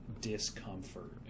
discomfort